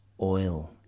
oil